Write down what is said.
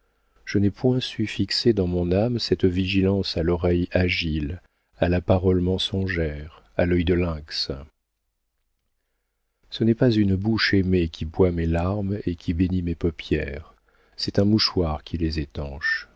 je n'ai point su fixer dans mon âme cette vigilance à l'oreille agile à la parole mensongère à l'œil de lynx ce n'est pas une bouche aimée qui boit mes larmes et qui bénit mes paupières c'est un mouchoir qui les étanche